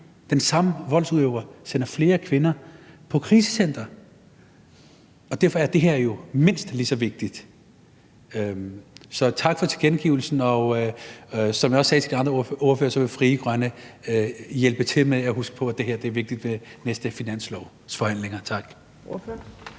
den samme voldsudøver sender flere kvinder på krisecenter. Derfor er det her jo mindst lige så vigtigt. Så tak for tilkendegivelsen, og som jeg også sagde til de andre ordførere, så vil Frie Grønne hjælpe til med at huske på, at det her er vigtigt, ved de næste finanslovsforhandlinger. Tak.